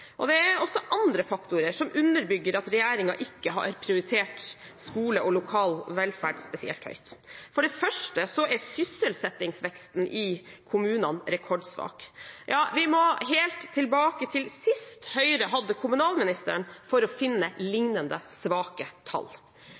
Det er også andre faktorer som underbygger at regjeringen ikke har prioritert skole og lokal velferd spesielt høyt. For det første er sysselsettingsveksten i kommunene rekordsvak – vi må helt tilbake til sist Høyre hadde kommunalministeren, for å finne lignende svake tall.